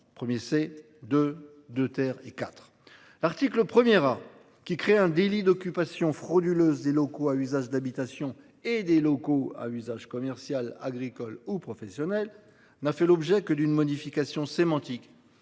4 article premier, à qui crée un délit d'occupation frauduleuse des locaux à usage d'habitation et des locaux à usage commercial agricole ou professionnel n'a fait l'objet que d'une modification sémantique